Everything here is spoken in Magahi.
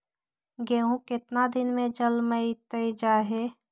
गेहूं केतना दिन में जलमतइ जा है?